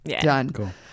Done